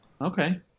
Okay